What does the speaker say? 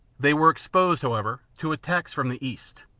they were exposed, however, to attacks from the east,